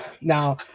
Now